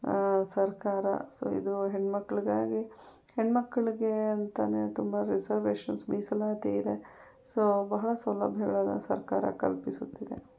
ಸರ್ಕಾರ ಸೊ ಇದು ಹೆಣ್ಮಕ್ಕಳಿಗಾಗಿ ಹೆಣ್ಮಕ್ಳಿಗೆ ಅಂತನೇ ತುಂಬ ರಿಸೆರ್ವೇಶನ್ಸ್ ಮೀಸಲಾತಿ ಇದೆ ಸೊ ಬಹಳ ಸೌಲಭ್ಯಗಳನ್ನು ಸರ್ಕಾರ ಕಲ್ಪಿಸುತ್ತಿದೆ